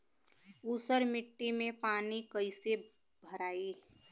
ऊसर मिट्टी में पानी कईसे भराई?